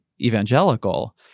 Evangelical